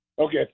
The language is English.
Okay